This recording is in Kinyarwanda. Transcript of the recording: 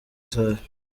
safi